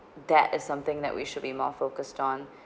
that is something that we should be more focused on